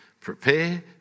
Prepare